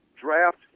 draft